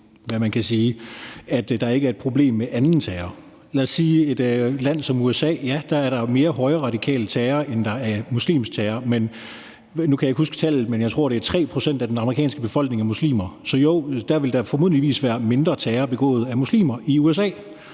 at der ikke er et problem med anden terror. Lad os tage et land som USA: Ja, der er der jo mere højreradikal terror, end der er muslimsk terror. Nu kan jeg ikke huske tallet, men jeg tror, det er 3 pct. af den amerikanske befolkning, der er muslimer. Så jo, der vil formodentlig være mindre terror begået af muslimer i USA,